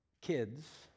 kids